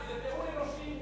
זה טיעון אנושי,